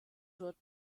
wird